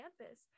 campus